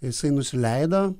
jisai nusileido